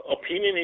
opinion